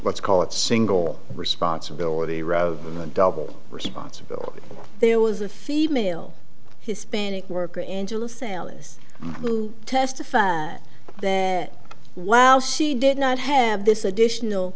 let's call it single responsibility rather than a double responsibility there was a female hispanic worker angelus ellis who testified that well she did not have this additional